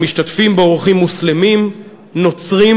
ומשתתפים בו אורחים מוסלמים ונוצרים